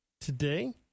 today